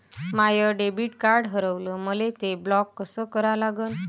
माय debit card हारवलं, मले ते ब्लॉक कस करा लागन?